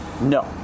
No